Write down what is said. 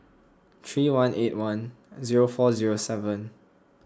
three one eight one zero four zero seven